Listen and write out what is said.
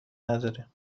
نداره